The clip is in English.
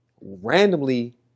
Randomly